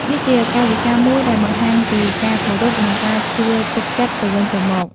វាជាកាយវិការមួយដែលបង្ហាញពីការគោរព និងការជឿទុកចិត្តទៅវិញទៅមក។